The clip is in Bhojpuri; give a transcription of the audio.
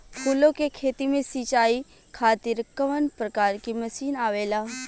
फूलो के खेती में सीचाई खातीर कवन प्रकार के मशीन आवेला?